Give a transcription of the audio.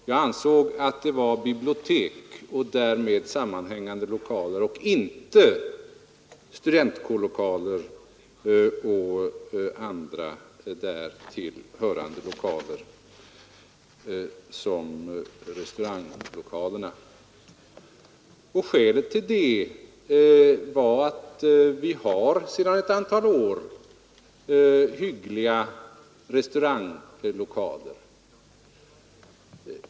Jag ansåg att det var bibliotek och därmed sammanhängande lokaler och inte studentkårslokaler och andra därtill hörande lokaler som restauranglokalerna. Och skälet till det var att vi har sedan ett antal år hyggliga resturanglokaler inom området.